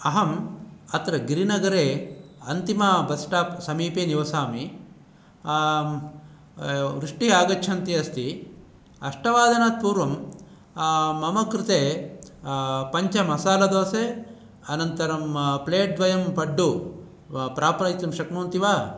अहम् अत्र गिरिनगरे अन्तिम बस् स्टाप् समीपे निवसामि वृष्टिः आगच्छति अस्ति अष्टवादनात् पूर्वं मम कृते पञ्च मसालादोसे अनन्तरं प्लेट् द्वयम् पड्डु प्रापयितुं शक्नुवन्ति वा